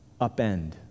upend